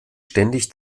ständig